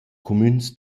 cumüns